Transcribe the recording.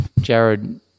Jared